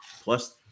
plus